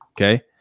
Okay